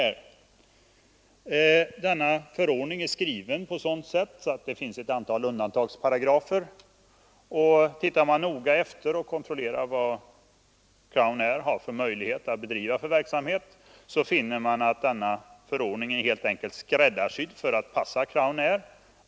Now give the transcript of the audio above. Den förordningen är skriven så att det finns ett antal undantagsparagrafer, och ser man noga efter och kontrollerar vad Crownair har för möjligheter att bedriva ifrågavarande flygverksamhet finner man att förordningen helt enkelt är skräddarsydd för att passa Crownair.